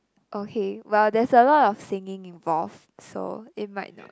okay well there's a lot of singing involved so it might not